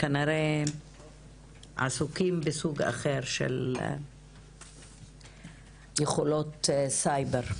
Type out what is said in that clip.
כנראה עסוקים בסוג אחר של יכולות סייבר.